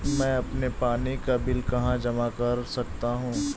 मैं अपने पानी का बिल कहाँ जमा कर सकता हूँ?